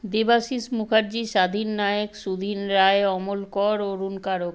Debashish Mukherjee Swadhin Nayek Sudin Roy Amal Kar Arun Karak